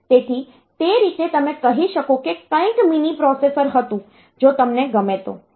તેથી તે રીતે તમે કહી શકો કે કંઈક મિની પ્રોસેસર હતું જો તમને ગમે તો